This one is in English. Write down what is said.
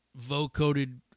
vocoded